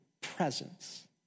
presence